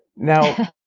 now,